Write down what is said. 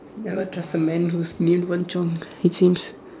never trust a man whose named Wen Zhong it seems